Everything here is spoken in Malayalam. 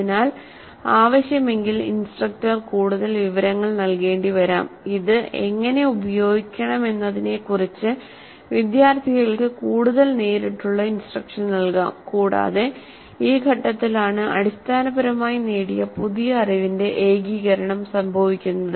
അതിനാൽ ആവശ്യമെങ്കിൽ ഇൻസ്ട്രക്ടർ കൂടുതൽ വിവരങ്ങൾ നൽകേണ്ടിവരാം ഇത് എങ്ങനെ ഉപയോഗിക്കണമെന്നതിനെക്കുറിച്ച് വിദ്യാർത്ഥികൾക്ക് കൂടുതൽ നേരിട്ടുള്ള ഇൻസ്ട്രക്ഷൻ നൽകാം കൂടാതെ ഈ ഘട്ടത്തിലാണ് അടിസ്ഥാനപരമായി നേടിയ പുതിയ അറിവിന്റെ ഏകീകരണം സംഭവിക്കുന്നത്